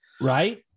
Right